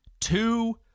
two